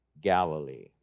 Galilee